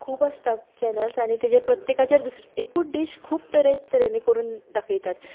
खूब आसता चॅनल्स आनी ताजेर प्रत्येकाचेर दुसरे एकूच डिश खूब तरें तरेनी करून दाखयतात